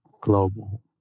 global